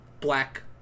black